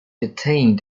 attained